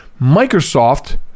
Microsoft